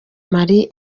marie